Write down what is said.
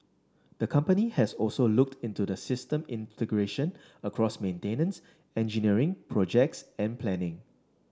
the company has also looked into the system integration across maintenance engineering projects and planning